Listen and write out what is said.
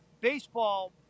baseball